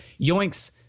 yoinks